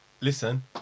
Listen